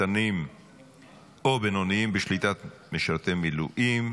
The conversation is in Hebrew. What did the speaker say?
קטנים או בינוניים שבשליטת משרתי מילואים),